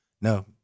No